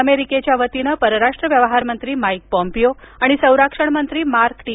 अमेरिकेच्या वतीनं परराष्ट्र व्यवहार मंत्री माईक पोम्पिओ आणि संरक्षण मंत्री मार्क टी